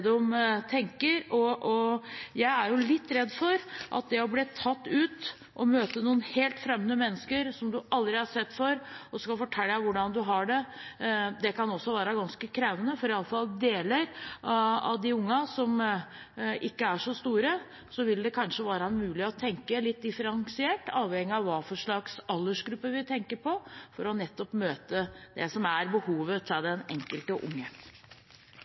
tenker. Jeg er litt redd for at det å bli tatt ut og møte noen helt fremmede mennesker som en aldri har sett før, for så å skulle fortelle hvordan en har det, også kan være ganske krevende. I hvert fall for noen av ungene, de som ikke er så store, vil det kanskje være mulig å tenke litt differensiert, avhengig av hvilken aldersgruppe vi tenker på, nettopp for å kunne møte det som er behovet til den enkelte